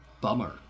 bummer